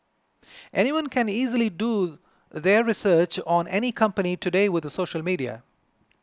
anyone can easily do their research on any company today with social media